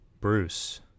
Bruce